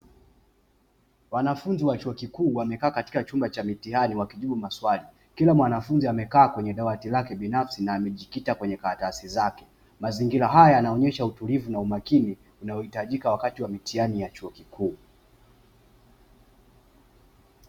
Wanafunzi wa chuo kikuu wamekaa katika chumba cha mitihani wakijibu maswali kila mwanafunzi amekaa kwenye dawati lake binafsi na amejikita kwenye karatasi zake. Mazingira haya yanaonyesha utulivu na umakini unaohitajika wakati wa mitihani ya chuo kikuu.